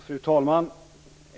Fru talman!